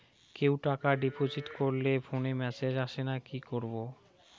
কেউ টাকা ডিপোজিট করলে ফোনে মেসেজ আসেনা কি করবো?